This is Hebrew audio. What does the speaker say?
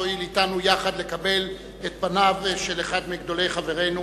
תואיל יחד אתנו לקבל את פניו של אחד מגדולי חברינו,